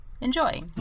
Enjoy